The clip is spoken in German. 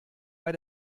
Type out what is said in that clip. bei